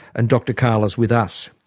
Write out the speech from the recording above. and dr cahill is with us.